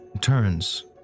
turns